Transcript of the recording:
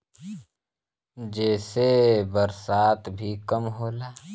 जेसे बरसात भी कम होला